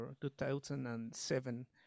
2007